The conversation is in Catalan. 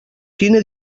quina